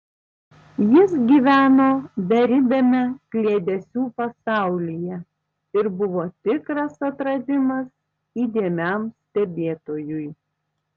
jis gyveno beribiame kliedesių pasaulyje ir buvo tikras atradimas įdėmiam stebėtojui